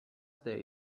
they